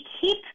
keep